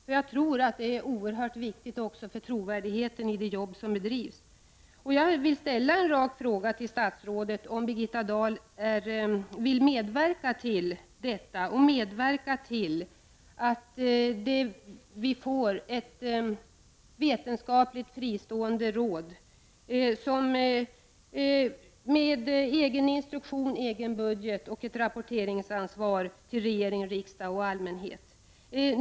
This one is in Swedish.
Denna fråga är oerhört viktig för trovärdigheten i det arbete som bedrivs. Jag vill därför fråga statsrådet: Vill Birgitta Dahl medverka till att vi får ett fristående vetenskapligt råd med egen instruktion, egen budget och med ett ansvar att rapportera till regering, riksdag och allmänhet?